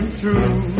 true